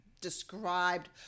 described